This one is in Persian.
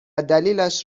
دلیلش